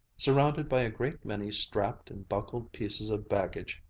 surrounded by a great many strapped and buckled pieces of baggage,